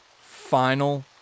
final